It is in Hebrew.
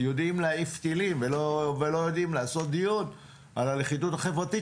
יודעים להעיף טילים ולא יודעים לעשות דיון על הלכידות החברתית